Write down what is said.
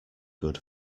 good